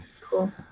Cool